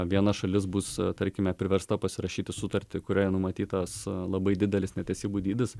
viena šalis bus tarkime priversta pasirašyti sutartį kurioje numatytas labai didelis netesybų dydis